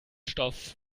stoff